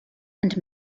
and